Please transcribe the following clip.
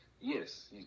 Yes